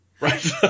Right